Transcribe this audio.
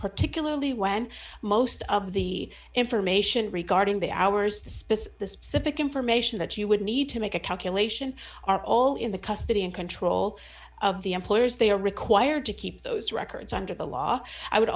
particularly when most of the information regarding the hours the space the specific information that you would need to make a calculation are all in the custody and control of the employers they are required to keep those records under the law i would